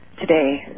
today